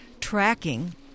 tracking